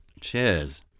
Cheers